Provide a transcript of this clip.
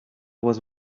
was